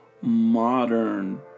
modern